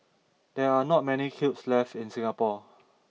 there are not many kilns left in Singapore